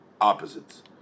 opposites